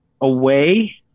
away